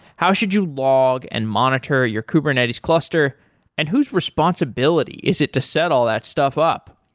how should you laud and monitor your kubernetes cluster and whose responsibility is it to set all that stuff up?